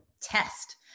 test